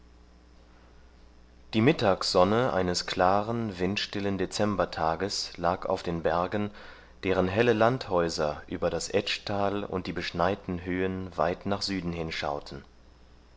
die mittagssonne eines klaren windstillen dezembertages lag auf den bergen deren helle landhäuser über das etschtal und die beschneiten höhen weit nach süden hin schauten